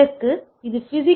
அதற்கு இது பி